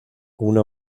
una